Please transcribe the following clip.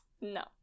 no